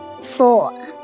Four